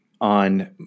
on